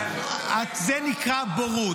לא, זה נקרא בורות.